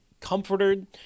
comforted